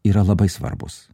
yra labai svarbus